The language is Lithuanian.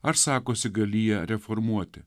ar sakosi galį reformuoti